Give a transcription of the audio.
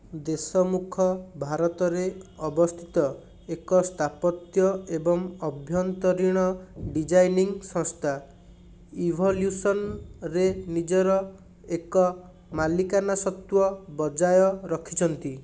ଦେଶମୁଖ ଭାରତରେ ଅବସ୍ଥିତ ଏକ ସ୍ଥାପତ୍ୟ ଏବଂ ଆଭ୍ୟନ୍ତରୀଣ ଡିଜାଇନିଂ ସଂସ୍ଥା ଇଭଲ୍ୟୁସନ୍ରେ ନିଜର ଏକ ମାଲିକାନାସତ୍ତ୍ୱ ବଜାୟ ରଖିଛନ୍ତି